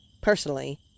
Personally